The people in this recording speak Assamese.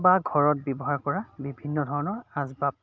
বা ঘৰত ব্যৱহাৰ কৰা বিভিন্ন ধৰণৰ আচবাব